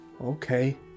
Okay